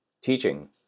teaching